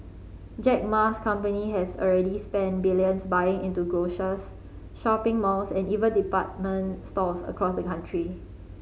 Jack Ma's company has already spent billions buying into grocers shopping malls and even department stores across the country